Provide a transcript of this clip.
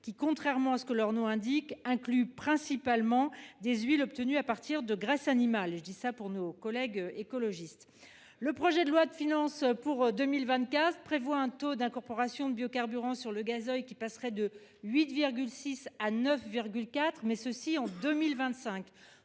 qui, contrairement à ce que leur nom indique, incluent principalement des huiles obtenues à partir de graisses animales – je le dis à l’attention de nos collègues écologistes… Le projet de loi de finances pour 2024 prévoit que le taux d’incorporation de biocarburants dans le gazole passerait de 8,6 % à 9,4 % en 2025.